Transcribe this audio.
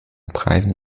preisen